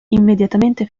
immediatamente